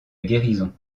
guérison